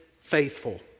faithful